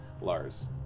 Lars